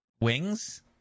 Wings